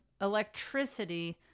electricity